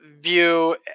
view